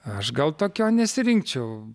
aš gal tokio nesirinkčiau